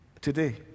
today